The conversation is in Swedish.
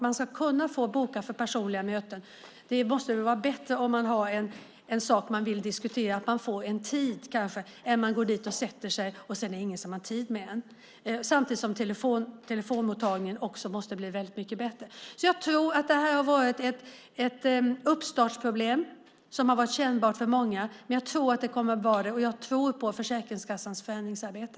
Man ska kunna boka för personliga möten. Om man har något man vill diskutera måste det vara bättre att få en tid än att gå dit och sätta sig och det sedan visar sig att ingen har tid med en. Samtidigt måste även telefonmottagningen bli mycket bättre. Jag tror alltså att det har funnits problem i starten, och de har varit kännbara för många, men jag tror att det kommer att bli bra. Jag tror på Försäkringskassans förändringsarbete.